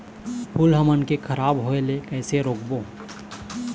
फूल हमन के खराब होए ले कैसे रोकबो?